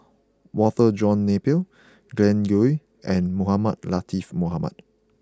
Walter John Napier Glen Goei and Mohamed Latiff Mohamed